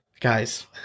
guys